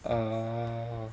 err